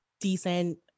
decent